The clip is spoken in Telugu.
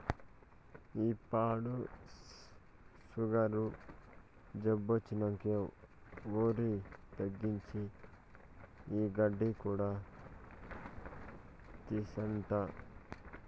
ఈ పాడు సుగరు జబ్బొచ్చినంకా ఒరి తగ్గించి, ఈ గడ్డి కూడా తింటాండా